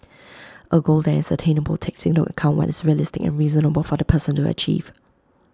A goal that is attainable takes into account what is realistic and reasonable for the person to achieve